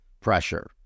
pressure